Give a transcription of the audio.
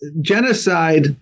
Genocide